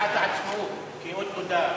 סעיף 1 נתקבל.